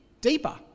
deeper